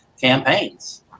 campaigns